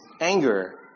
anger